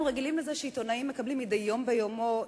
אנחנו רגילים לזה שעיתונאים מקבלים מדי יום ביומו איומים,